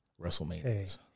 WrestleMania